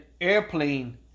Airplane